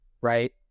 right